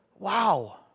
Wow